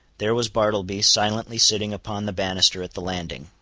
there was bartleby silently sitting upon the banister at the landing.